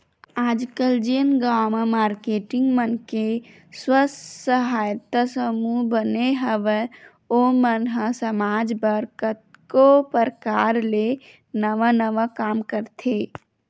आजकल जेन गांव म मारकेटिंग मन के स्व सहायता समूह बने हवय ओ मन ह समाज बर कतको परकार ले नवा नवा काम करथे